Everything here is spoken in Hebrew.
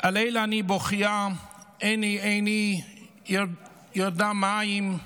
"על אלה אני בוכיה, עיני עיני ירדה מים",